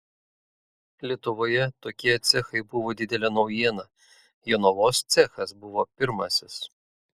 lietuvoje tokie cechai buvo didelė naujiena jonavos cechas buvo pirmasis